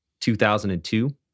2002